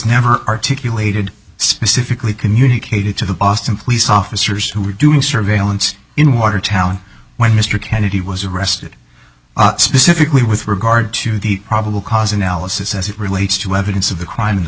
never articulated specifically communicated to the boston police officers who were doing surveillance in watertown when mr kennedy was arrested specifically with regard to the probable cause analysis as it relates to evidence of the crime in the